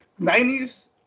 90s